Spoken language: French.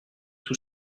tout